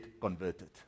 converted